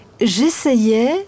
J'essayais